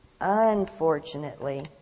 Unfortunately